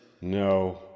No